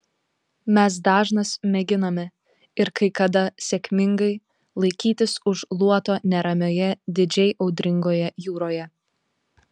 mes dažnas mėginame ir kai kada sėkmingai laikytis už luoto neramioje didžiai audringoje jūroje